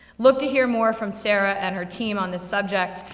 look to hear more from sara and her team on this subject,